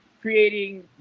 creating